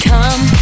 Come